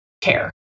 care